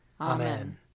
Amen